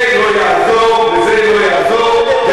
זה לא יעזור וזה לא יעזור.